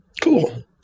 Cool